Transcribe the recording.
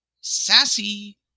sassy